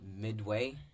midway